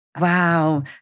Wow